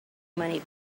money